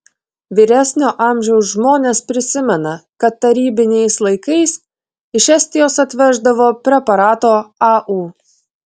vyresnio amžiaus žmonės prisimena kad tarybiniais laikais iš estijos atveždavo preparato au